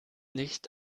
nicht